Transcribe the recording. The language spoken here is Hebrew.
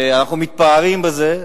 ואנחנו מתפארים בזה.